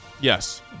Yes